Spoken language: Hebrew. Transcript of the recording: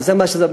וזה מה שזה,